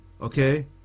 okay